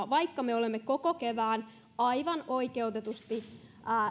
vaikka me olemme koko kevään aivan oikeutetusti